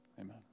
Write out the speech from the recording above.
Amen